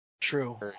True